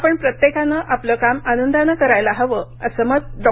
आपण प्रत्येकाने आपलं काम आनंदाने करायला हवे अस मत डॉ